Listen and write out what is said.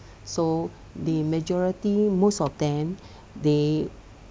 so the majority most of them they